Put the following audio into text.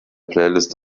playlist